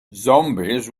zombies